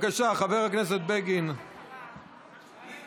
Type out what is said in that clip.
ומי שרוצה קבורת שדה צריך לשלם עוד כמה אלפי שקלים